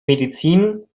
medizin